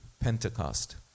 Pentecost